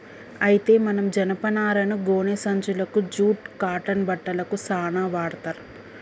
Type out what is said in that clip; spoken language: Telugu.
అయితే మనం జనపనారను గోనే సంచులకు జూట్ కాటన్ బట్టలకు సాన వాడ్తర్